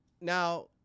Now